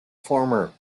former